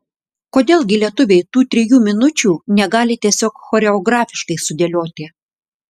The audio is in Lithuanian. kodėl gi lietuviai tų trijų minučių negali tiesiog choreografiškai sudėlioti